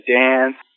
dance